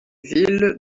villes